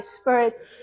spirit